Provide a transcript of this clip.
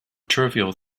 trivial